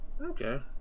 Okay